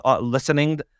listening